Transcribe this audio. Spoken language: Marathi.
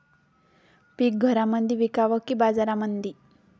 पीक घरामंदी विकावं की बाजारामंदी?